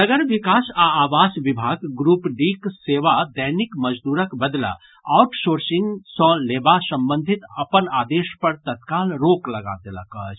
नगर विकास आ आवास विभाग ग्रुप डीक सेवा दैनिक मजदूरक बदला आउटसोर्सिंग सँ लेबा संबंधित अपन आदेश पर तत्काल रोक लगा देलक अछि